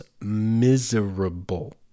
miserable